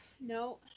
No